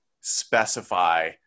specify